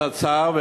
עצר,